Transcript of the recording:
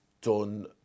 done